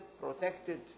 protected